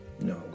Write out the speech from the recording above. No